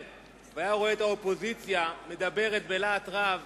והיה רואה את האופוזיציה מדברת בלהט רב